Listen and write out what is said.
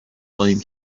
خواهیم